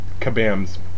Kabam's